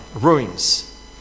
Ruins